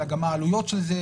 אלא גם העלויות של זה.